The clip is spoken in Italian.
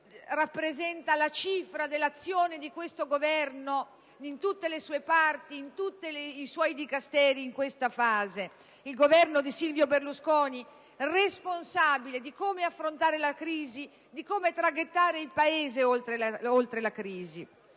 il Governo di Silvio Berlusconi, responsabile di come affrontare la crisi e di come traghettare il Paese oltre la crisi.